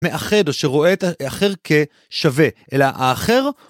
מאחד או שרואה את האחר כשווה אלא האחר.